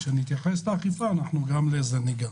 כשנתייחס לאכיפה גם בזה ניגע.